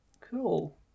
Cool